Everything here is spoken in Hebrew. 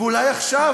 ואולי עכשיו,